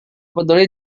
peduli